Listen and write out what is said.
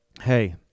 hey